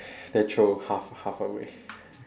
then throw half half away